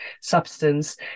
substance